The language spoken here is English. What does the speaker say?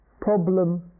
problem